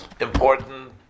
important